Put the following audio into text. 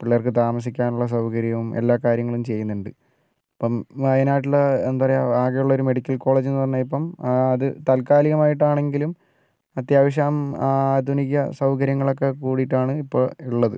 പിള്ളേർക്ക് താമസിക്കാനുള്ള സൗകര്യവും എല്ലാ കാര്യങ്ങളും ചെയ്യുന്നുണ്ട് ഇപ്പം വായനാട്ടിലെ എന്താ പറയുക ആകെയുള്ളൊരു മെഡിക്കൽ കോളേജെന്നു പറഞ്ഞാലിപ്പം അത് താല്കാലികമായിട്ടാണെങ്കിലും അത്യാവശ്യം ആധുനിക സൗകര്യങ്ങളൊക്കെ കൂടിയിട്ടാണ് ഇപ്പോൾ ഉള്ളത്